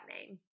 name